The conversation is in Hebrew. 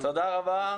תודה רבה.